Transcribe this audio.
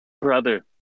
brother